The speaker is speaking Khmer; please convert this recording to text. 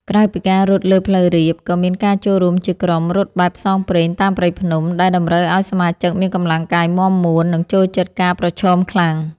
ក្រៅពីការរត់លើផ្លូវរាប ក៏មានការចូលរួមជាក្រុមរត់បែបផ្សងព្រេងតាមព្រៃភ្នំ ដែលតម្រូវឱ្យសមាជិកមានកម្លាំងកាយមាំមួន និងចូលចិត្តការប្រឈមខ្លាំង។